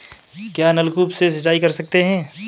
क्या नलकूप से सिंचाई कर सकते हैं?